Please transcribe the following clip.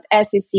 SEC